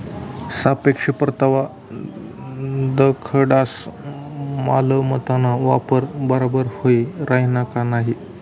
सापेक्ष परतावा दखाडस मालमत्ताना वापर बराबर व्हयी राहिना का नयी